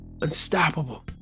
Unstoppable